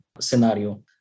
scenario